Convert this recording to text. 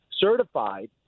certified